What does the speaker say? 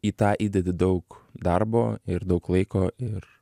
į tą įdedi daug darbo ir daug laiko ir